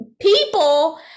people